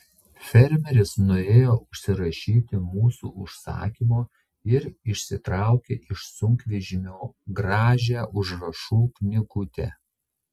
fermeris nuėjo užsirašyti mūsų užsakymo ir išsitraukė iš sunkvežimio gražią užrašų knygutę